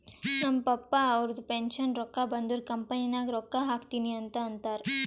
ನಮ್ ಪಪ್ಪಾ ಅವ್ರದು ಪೆನ್ಷನ್ ರೊಕ್ಕಾ ಬಂದುರ್ ಕಂಪನಿ ನಾಗ್ ರೊಕ್ಕಾ ಹಾಕ್ತೀನಿ ಅಂತ್ ಅಂತಾರ್